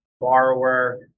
borrower